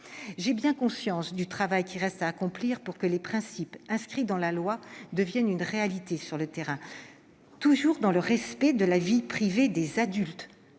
ai bien conscience, il reste du travail à accomplir pour que les principes inscrits dans la loi deviennent une réalité sur le terrain, toujours dans le respect de la vie privée des adultes.